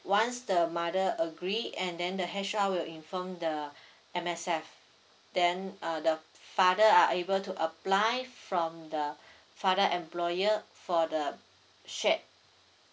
once the mother agree and then the H_R will inform the M_S_F then uh the father are able to apply from the father employer for the share